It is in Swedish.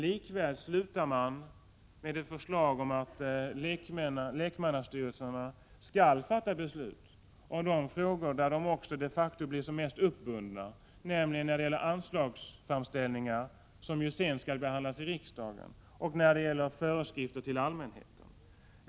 Likväl slutar man med ett förslag om att lekmannastyrelserna skall fatta beslut i frågor där de också de facto blir mest bundna, nämligen när det gäller anslagsframställningar som sedan skall behandlas av riksdagen och när det gäller föreskrifter till allmänheten.